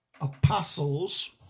apostles